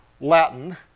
Latin